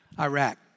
Iraq